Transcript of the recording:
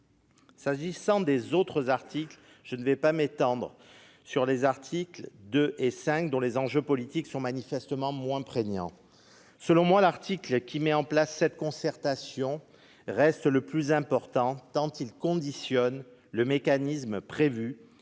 région Grand Est. Je ne m'étendrai pas sur les articles 2 et 5, dont les enjeux politiques sont manifestement moins prégnants. Selon moi, l'article qui met en place la concertation reste le plus important, tant il conditionne le mécanisme prévu